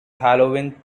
halloween